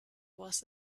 was